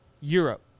europe